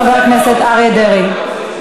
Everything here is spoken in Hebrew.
חבר הכנסת אריה דרעי.